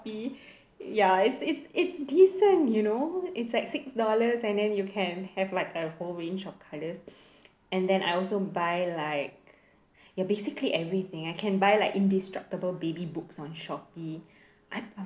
ya it's it's it's decent you know it's like six dollars and then you can have like a whole range of colours and then I also buy like ya basically everything I can buy like indestructible baby books on Shopee I